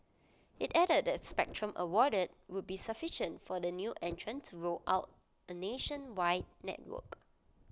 IT added the spectrum awarded would be sufficient for the new entrant to roll out A nationwide network